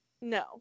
No